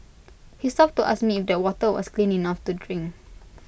he stopped to ask me if that water was clean enough to drink